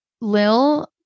Lil